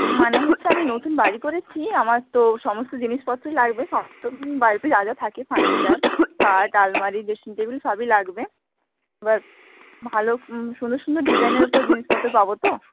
মানে হচ্ছে আমি নতুন বাড়ি করেছি আমার তো সমস্ত জিনিসপত্রই লাগবে সমস্ত বাড়িতে যা যা থাকে ফার্নিচার খাট আলমারি ড্রেসিং টেবিল সবই লাগবে এবার ভালো সুন্দর সুন্দর ডিজাইনের উপর জিনিসপত্র পাবো তো